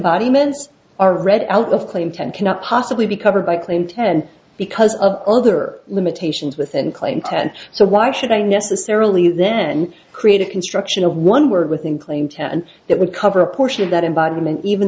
iments are read out of claim ten cannot possibly be covered by claim ten because of other limitations within claim ten so why should i necessarily then create a construction of one word within claim to and that would cover a portion of that environment even